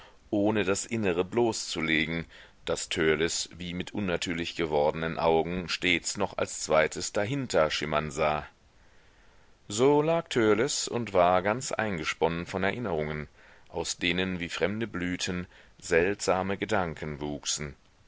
ohne das innere bloßzulegen das törleß wie mit unnatürlich gewordenen augen stets noch als zweites dahinter schimmern sah so lag törleß und war ganz eingesponnen von erinnerungen aus denen wie fremde blüten seltsame gedanken wuchsen